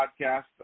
podcast